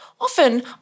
often